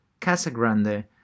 Casagrande